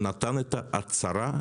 הוא נתן את ההצהרה,